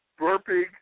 Burping